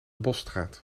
bosstraat